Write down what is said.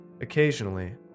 Occasionally